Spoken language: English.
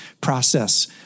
process